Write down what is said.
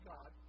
God